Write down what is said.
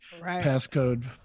passcode